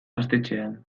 gaztetxean